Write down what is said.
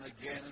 again